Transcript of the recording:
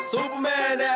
Superman